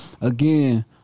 again